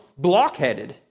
blockheaded